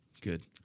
Good